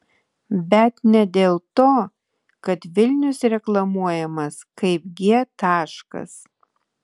bet ne dėl to kad vilnius reklamuojamas kaip g taškas